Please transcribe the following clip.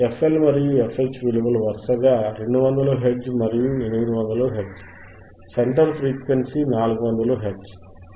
fL మరియు fH విలువలు వరుసగా 200 హెర్ట్జ్ మరియు 800 హెర్ట్జ్ సెంటర్ ఫ్రీక్వెన్సీ 400 హెర్ట్జ్